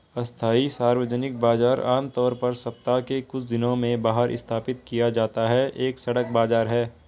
अस्थायी सार्वजनिक बाजार, आमतौर पर सप्ताह के कुछ दिनों में बाहर स्थापित किया जाता है, एक सड़क बाजार है